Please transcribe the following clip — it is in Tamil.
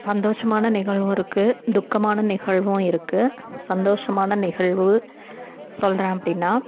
சந்தோஷமான நிகழ்வும் இருக்குது துக்கமான நிகழ்வும் இருக்குது சந்தோஷமான நிகழ்வு சொல்கிறேன் அப்படின்னா